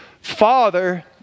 father